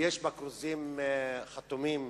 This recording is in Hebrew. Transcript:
הכרוזים חתומים